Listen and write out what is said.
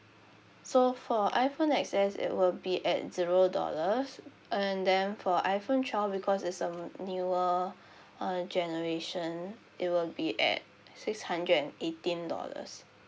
so for iphone X_S it will be at zero dollars and then for iphone twelve because it's a newer uh generation it will be at six hundred and eighteen dollars